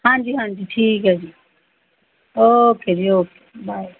ਹਾਂਜੀ ਹਾਂਜੀ ਠੀਕ ਹੈ ਜੀ ਓਕੇ ਜੀ ਓਕੇ ਬਾਏ